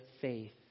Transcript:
faith